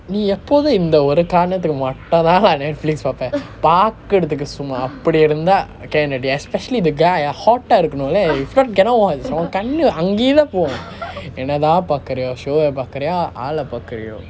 நீ எப்போது இந்த ஒரு காரணத்துக்கு மட்டும் தான்:ni epothum intha oru karanuthukku mattum thaan Netflix பார்ப்ப பார்க்கிறதுக்கு சும்மா அப்படி இருந்தா:paarpa paarkirathukku summa appadi irunthaa especially the guy ah hot இருக்கணும் இல்லை:irukkanum illai if not cannot [one] உன் கண்ணு அங்கே தான் போகும் என்னதான் பார்க்கிறியோ:un kannu ange thaan pokum ennathaan paarkiriyo show eh பார்க்கிறியா ஆளை பார்க்கிறியோ:paarkiriyaa aalai paarkiriyo